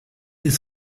des